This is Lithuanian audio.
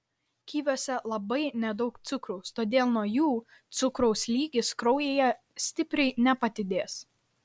kiviuose labai nedaug cukraus todėl nuo jų cukraus lygis kraujyje stipriai nepadidės